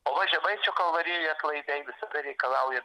o va žemaičių kalvarijoje atlaidai visada reikalauja